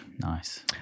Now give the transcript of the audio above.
Nice